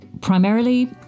Primarily